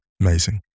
amazing